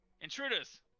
Intruders